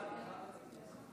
מיכל תציג.